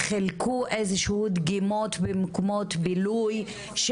חילקו איזשהו דגימות במקומות בילוי,